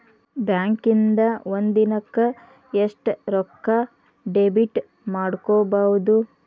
ಬ್ಯಾಂಕಿಂದಾ ಒಂದಿನಕ್ಕ ಎಷ್ಟ್ ರೊಕ್ಕಾ ಡೆಬಿಟ್ ಮಾಡ್ಕೊಬಹುದು?